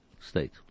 state